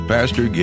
Pastor